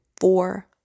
four